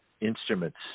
instruments